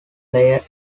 player